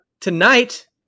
tonight